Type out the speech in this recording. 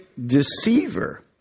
deceiver